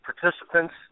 participants